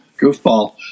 goofball